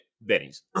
Benny's